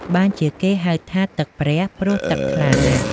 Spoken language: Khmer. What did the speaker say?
បានជាគេហៅថា "ទឹកព្រះ" ព្រោះទឹកថ្លាណាស់។